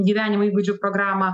gyvenimo įgūdžių programą